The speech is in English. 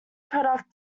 product